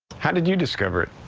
how did you discover it?